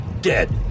dead